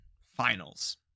finals